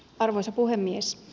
arvoisa puhemies